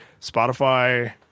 spotify